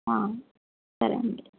సరే అండి